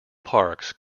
parks